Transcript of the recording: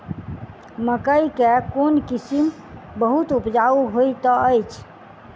मकई केँ कोण किसिम बहुत उपजाउ होए तऽ अछि?